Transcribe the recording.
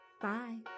Bye